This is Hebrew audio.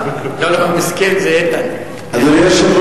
היושב-ראש, אדוני השר,